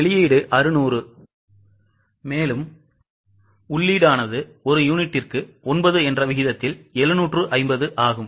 வெளியீடு 600 உள்ளீடு ஒரு யூனிட்டுக்கு 9 என்ற விகிதத்தில் 750 ஆகும்